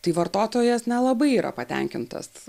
tai vartotojas nelabai yra patenkintas